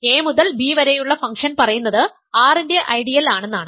A മുതൽ B വരെയുള്ള function പറയുന്നത് R ന്റെ ഐഡിയൽ ആണെന്നാണ്